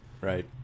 Right